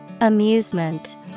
Amusement